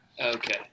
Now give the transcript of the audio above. Okay